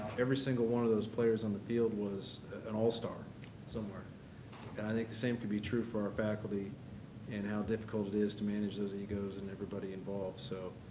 every single one of those players on the field was an all-star somewhere and i think the same could be true for our faculty and how difficult it is to manage those egos and everybody involved. so,